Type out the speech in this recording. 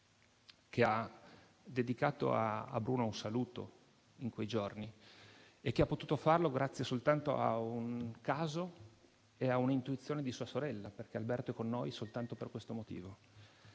che ha dedicato a Bruno un saluto in quei giorni e che ha potuto farlo soltanto grazie a un caso e ad un'intuizione di sua sorella, perché Alberto è con noi soltanto per questo motivo.